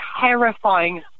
terrifying